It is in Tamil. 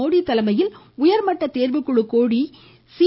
மோடி தலைமையில் உயர்மட்ட தேர்வுக் குழு கூடி சி